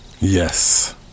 Yes